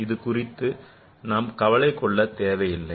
அது குறித்து நாம் கவலை கொள்ளத் தேவையில்லை